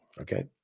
okay